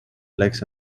legs